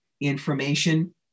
information